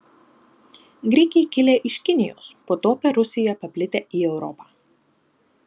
grikiai kilę iš kinijos po to per rusiją paplitę į europą